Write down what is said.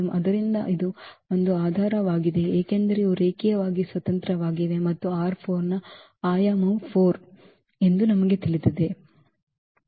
ಆದ್ದರಿಂದ ಇದು ಒಂದು ಆಧಾರವಾಗಿದೆ ಏಕೆಂದರೆ ಇವು ರೇಖೀಯವಾಗಿ ಸ್ವತಂತ್ರವಾಗಿವೆ ಮತ್ತು ನ ಆಯಾಮವು 4 ಎಂದು ನಮಗೆ ತಿಳಿದಿದೆ